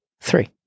Three